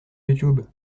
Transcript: youtube